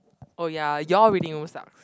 oh ya you all reading over sucks